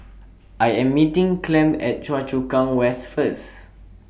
I Am meeting Clem At Choa Chu Kang West First